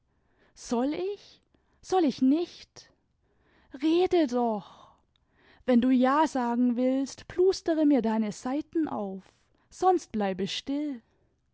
soll ich soll ich nicht rede doch wenn du ja sagen willst plustere mir deine seiten auf sonst bleibe still